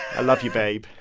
i love you, babe.